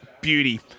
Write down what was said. Beauty